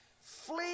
Flee